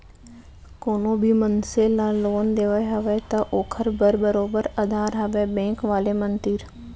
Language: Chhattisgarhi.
कोनो भी मनसे ल लोन देना हवय त ओखर बर बरोबर अधार हवय बेंक वाले मन तीर